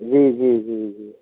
जी जी जी जी